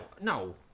no